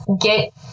get